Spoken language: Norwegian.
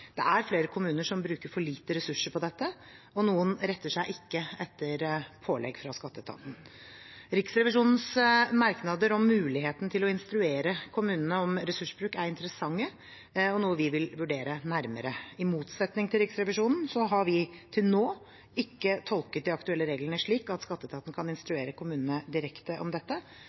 Det er flere kommuner som bruker for lite ressurser på dette, og noen retter seg ikke etter pålegg fra skatteetaten. Riksrevisjonens merknader om muligheten til å instruere kommunene om ressursbruk er interessante og noe vi vil vurdere nærmere. I motsetning til Riksrevisjonen har vi til nå ikke tolket de aktuelle reglene slik at skatteetaten kan instruere kommunene direkte om dette,